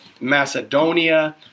Macedonia